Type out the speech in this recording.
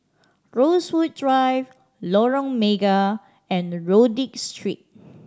Rosewood Drive Lorong Mega and Rodyk Street